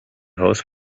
hosts